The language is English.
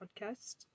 podcast